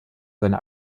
seine